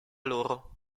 loro